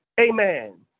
Amen